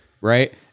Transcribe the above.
right